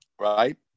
right